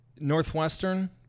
Northwestern